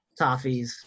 Toffees